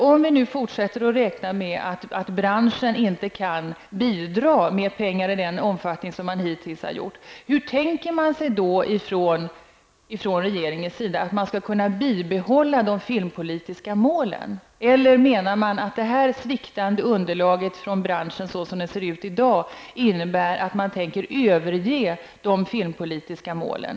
Om vi fortsätter att räkna med att branschen inte kan bidra med pengar i den omfattning det hittills har varit fråga om, hur tänker sig då regeringen att det skall vara möjligt att bibehålla de filmpolitiska målen? Eller innebär det i dag sviktande underlaget från branschen att regeringen tänker överge de filmpolitiska målen?